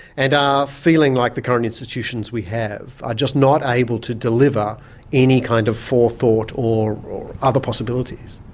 and are feeling like the current institutions we have are just not able to deliver any kind of forethought or other possibilities.